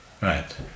right